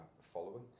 following